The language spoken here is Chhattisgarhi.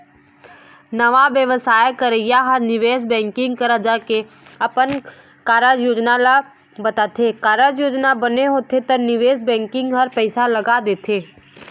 नवा बेवसाय करइया ह निवेश बेंकिग करा जाके अपन कारज योजना ल बताथे, कारज योजना बने होथे त निवेश बेंकिग ह पइसा लगा देथे